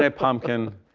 ah pumpkin,